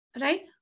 right